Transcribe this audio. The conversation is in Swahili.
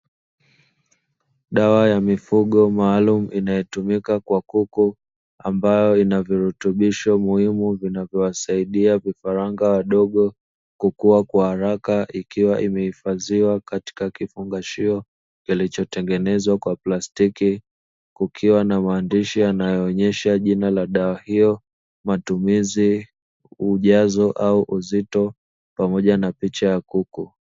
Dawa ya mifugo maalumu inayotumika kwa kuku ambayo ina virutubisho muhimu vinavyowasaidia vifaranga wadogo kukua kwa haraka, ikiwa imehifadhiwa katika kifungashio kilichotengenezwa kwa plastiki, kukiwa na maandishi yanayoonesha jina la dawa hiyo, matumizi, ujazo au uzito pamoja na picha ya kuku.